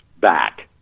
back